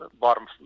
bottom